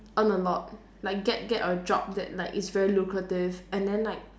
earn a lot like get get a job that like is very lucrative and then like